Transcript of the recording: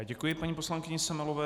Děkuji paní poslankyni Semelové.